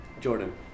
Jordan